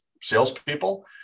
salespeople